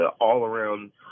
all-around